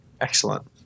Excellent